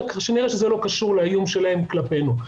כך כנראה שזה לא קשור לאיום שלהם כלפינו,